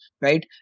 Right